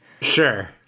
Sure